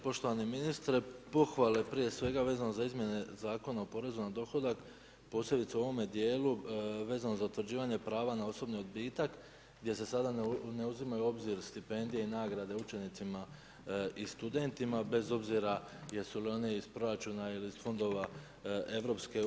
Poštovani ministre, pohvale prije svega vezano za izmjene Zakona o porezu na dohodak, posebice u ovome dijelu vezano za utvrđivanje prava na osobni odbitak gdje se sada ne uzimaju u obzir stipendije i nagrade učenicima i studentima bez obzira jesu li oni iz proračuna ili iz fondova EU.